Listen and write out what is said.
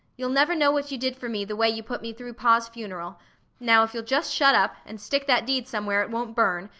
you'll never know what you did for me the way you put me through pa's funeral now if you'll just shut up, and stick that deed somewhere it won't burn,